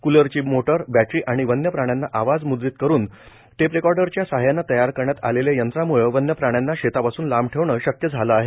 कुलरची motor battery आणि वव्य प्राण्यांचा आवाज मुद्रित करून टेपरेकॉर्डरच्या सहाय्यानं तयार करण्यात आलेल्या यंत्रांमुळं वन्य प्राण्यांना शेतापासून लांब ठेवणं शक्य झालं आहे